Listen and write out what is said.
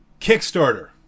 Kickstarter